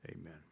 Amen